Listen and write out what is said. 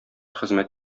хезмәт